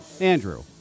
Andrew